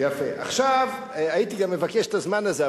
עכשיו הייתי גם מבקש את הזמן הזה,